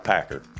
Packer